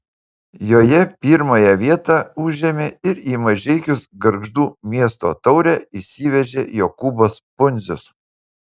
joje pirmąją vietą užėmė ir į mažeikius gargždų miesto taurę išsivežė jokūbas pundzius